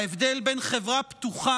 ההבדל בין חברה פתוחה,